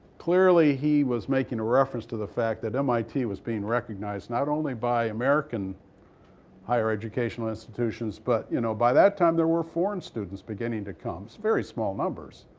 clearly he was making a reference to the fact that mit was being recognized not only by american higher educational institutions, but you know by that time, there were foreign students beginning to come. it's very small numbers,